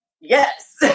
yes